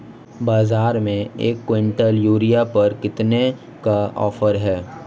बाज़ार में एक किवंटल यूरिया पर कितने का ऑफ़र है?